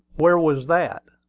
where was that?